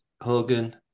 Hogan